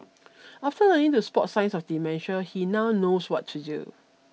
after learning to spot signs of dementia he now knows what to do